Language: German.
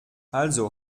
also